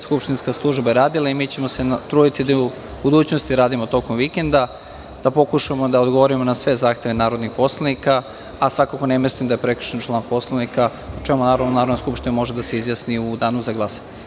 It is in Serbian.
Skupštinska služba je radila i mi ćemo se truditi da i u budućnosti radimo tokom vikenda, da pokušamo da odgovorima na sve zahteve narodnih poslanika, a svakako ne mislim da je prekršen član Poslovnika o čemu naravno Narodna skupština može da se izjasni u danu za glasanje.